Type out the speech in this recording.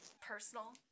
personal